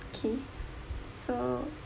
okay so